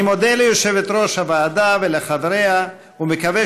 אני מודה ליושבת-ראש הוועדה ולחברי הוועדה ומקווה